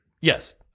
yes